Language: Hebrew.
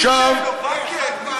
איך קוראים לו, מילצ'ן?